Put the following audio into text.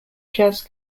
jazz